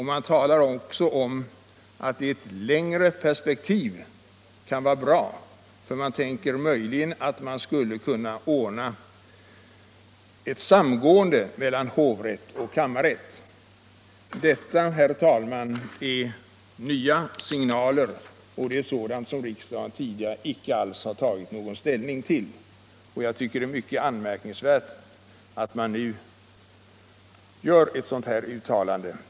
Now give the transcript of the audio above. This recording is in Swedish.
Utskottet säger också att det ”i ett längre perspektiv” kan vara bra, eftersom man möjligen skulle kunna få ett närmare samgående mellan hovrätt och kammarrätt. Detta, herr talman, är nya signaler som riksdagen tidigare inte alls har tagit någon ställning till. Jag tycker att det är mycket anmärkningsvärt att man nu gör ett sådant uttalande.